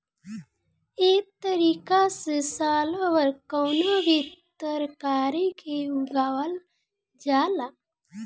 एह तारिका से सालो भर कवनो भी तरकारी के उगावल जाला